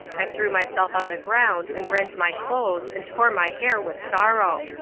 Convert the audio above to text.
i threw myself on the ground and rent my clothes and tore my hair with sorrow.